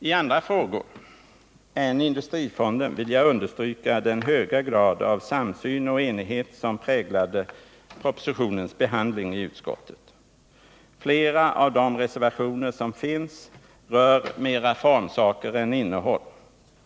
I andra frågor än industrifonden vill jag understryka den höga grad av samsyn och enighet som präglade denna propositions behandling i utskottet. Flera av de reservationer som finns rör mera formsaker än innehåll.